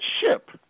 ship